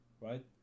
right